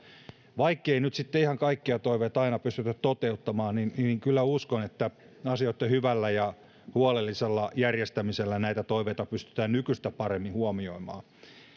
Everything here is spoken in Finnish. vaikkei nyt sitten ihan kaikkia toiveita aina pystytä toteuttamaan niin niin kyllä uskon että asioitten hyvällä ja huolellisella järjestämisellä näitä toiveita pystytään nykyistä paremmin huomioimaan